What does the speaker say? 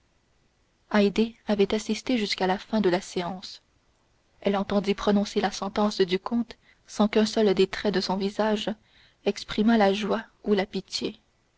avait assisté jusqu'à la fin de la séance elle entendit prononcer la sentence du comte sans qu'un seul des traits de son visage exprimât ou la joie ou la pitié